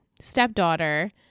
stepdaughter